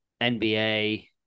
NBA